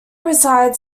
resides